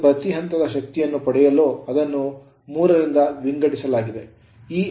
ಮತ್ತು ಪ್ರತಿ ಹಂತದ ಶಕ್ತಿಯನ್ನು ಪಡೆಯಲು ಅದನ್ನು 3 ರಿಂದ ವಿಂಗಡಿಸಲಾಗಿದೆ